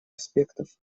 аспектов